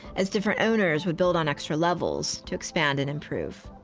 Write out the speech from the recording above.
as different owners would build on extra levels to expand and improve.